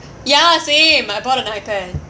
ya same I bought a iPad